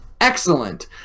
Excellent